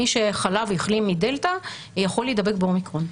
מי שחלה והחלים מדלתא יכול להידבק באומיקרון.